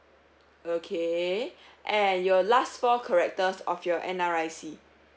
okay and your last four characters of your N_R_I_C